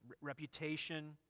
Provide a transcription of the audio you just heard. reputation